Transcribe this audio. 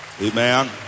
amen